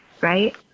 right